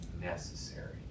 necessary